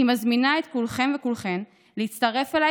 אני מזמינה את כולכם וכולכן להצטרף אליי